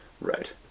Right